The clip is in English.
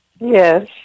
Yes